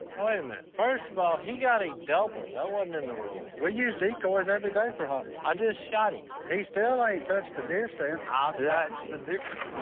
wait a minute, first of all, he got a double, that wasn't in the rules. we use decoy's every day for hunting. i just shot him. he still ain't touch the deer stand. i'll touch the deer